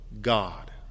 God